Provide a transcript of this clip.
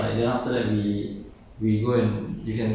对对可能等一下 loh